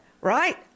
right